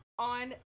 on